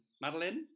Madeline